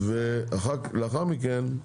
ולאחר מכן,